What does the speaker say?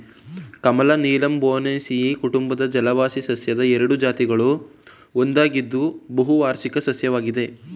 ಕಮಲ ನೀಲಂಬೊನೇಸಿಯಿ ಕುಟುಂಬದ ಜಲವಾಸಿ ಸಸ್ಯದ ಎರಡು ಜಾತಿಗಳಲ್ಲಿ ಒಂದಾಗಿದ್ದು ಬಹುವಾರ್ಷಿಕ ಸಸ್ಯವಾಗಿದೆ